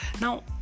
Now